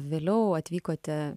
vėliau atvykote